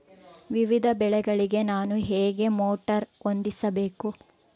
ವಿವಿಧ ಬೆಳೆಗಳಿಗೆ ನಾನು ಹೇಗೆ ಮೋಟಾರ್ ಹೊಂದಿಸಬೇಕು?